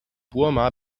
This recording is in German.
burma